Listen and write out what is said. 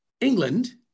England